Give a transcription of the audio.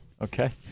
Okay